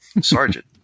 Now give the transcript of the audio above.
Sergeant